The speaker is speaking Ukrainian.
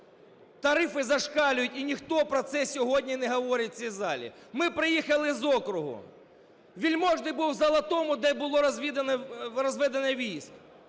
Тарифи зашкалюють, і ніхто про це сьогодні не говорить в цій залі. Ми приїхали з округу. Вельможний був в Золотому, де було розведення військ.